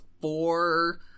four